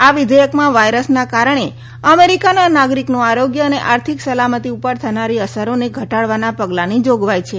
આ વિધેયકમાં વાયરસના કારણે અમેરિકાના નાગરિકોનું આરોગ્ય અને આર્થિક સલામતી ઉપર થનારી અસરોને ઘટાડવાના પગલાંની જોગવાઈ છે